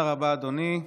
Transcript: תודה רבה, אדוני.